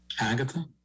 Agatha